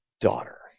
daughter